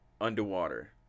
Underwater